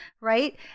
right